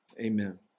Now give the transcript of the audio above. amen